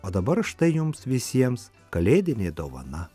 o dabar štai jums visiems kalėdinė dovana